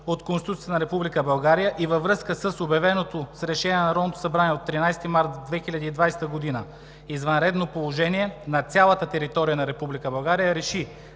от Конституцията на Република България и във връзка с обявеното с Решение на Народното събрание от 13 март 2020 г. извънредно положение на цялата територия на Република